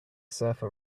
surfer